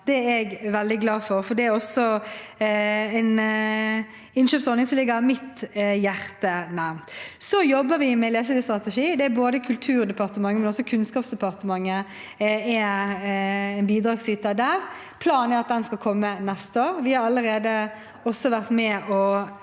Det er jeg veldig glad for, for det er også en innkjøpsordning som ligger mitt hjerte nær. Vi jobber med en lesestrategi. Både Kulturdepartementet og Kunnskapsdepartementet er bidragsytere der. Planen er at den skal komme neste år. Vi har allerede vært med på